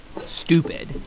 stupid